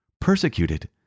Persecuted